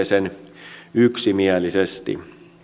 sen yksimielisesti